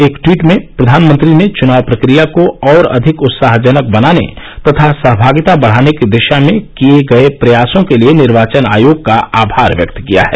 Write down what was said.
एक ट्वीट में प्रधानमंत्री ने चुनाव प्रक्रिया को और अधिक उत्साहजनक बनाने तथा सहभागिता बढ़ाने की दिशा में किए गए प्रयासों के लिए निर्वाचन आयोग का आभार व्यक्त किया है